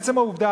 עצם העובדה,